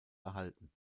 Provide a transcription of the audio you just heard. erhalten